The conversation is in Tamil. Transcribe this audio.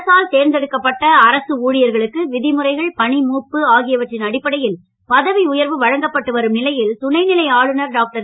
அரசால் தேர்ந்தெடுக்கப்பட்ட அரசு ஊழியர்களுக்கு விதிமுறைகள் பணிமூப்பு ஆகியவற்றின் அடிப்படையில் பதவி உயர்வு வழங்கப்பட்டு வரும் நிலையில் துணை நிலை ஆளுநர் டாக்டர்